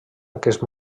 aquest